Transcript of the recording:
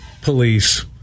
Police